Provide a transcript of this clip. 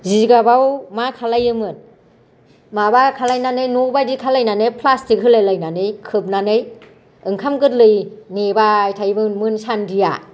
जिगाबाव मा खालामोमोन माबा खालामनानै न' बायदि खालायनानै प्लास्टिक होलाय लायनानै खोबनानै ओंखाम गोरलै नेबाय थायोमोन मोनसानदिया